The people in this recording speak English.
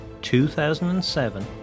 2007